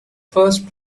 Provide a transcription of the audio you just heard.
first